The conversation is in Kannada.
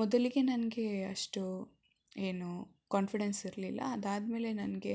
ಮೊದಲಿಗೆ ನನಗೆ ಅಷ್ಟು ಏನು ಕಾನ್ಫಿಡೆನ್ಸ್ ಇರಲಿಲ್ಲ ಅದಾದ ಮೇಲೆ ನನಗೆ